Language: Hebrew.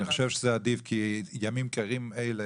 אני חושב שזה עדיף כי ימים קרים אלה,